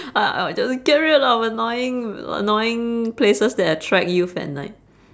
I'll I'll just get rid lot of annoying annoying places that attract youth at night